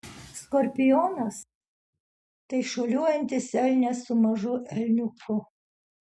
skorpionas tai šuoliuojantis elnias su mažu elniuku